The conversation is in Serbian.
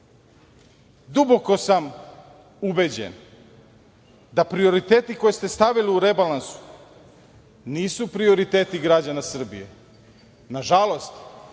hvale. Duboko sam ubeđen da prioriteti koje ste stavili u rebalansu nisu prioriteti građana Srbije. Nažalost,